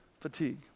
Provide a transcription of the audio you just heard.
fatigue